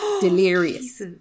delirious